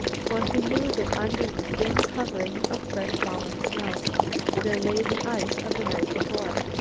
for he knew that under the thin covering of fresh-fallen snow there lay the ice of the night before.